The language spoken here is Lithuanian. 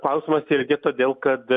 klausimas irgi todėl kad